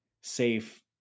safe